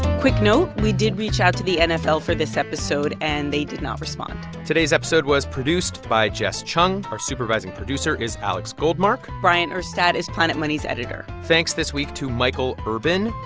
quick note we did reach out to the nfl for this episode, and they did not respond today's episode was produced by jess cheung. our supervising producer is alex goldmark bryant urstadt is planet money's editor thanks this week to michael urban,